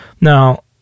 Now